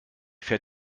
fährt